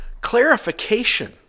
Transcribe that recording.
clarification